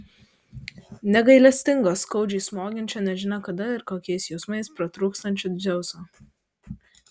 negailestingo skaudžiai smogiančio nežinia kada ir kokiais jausmais pratrūksiančio dzeuso